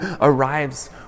arrives